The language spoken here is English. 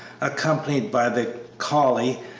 accompanied by the collie.